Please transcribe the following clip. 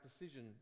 decision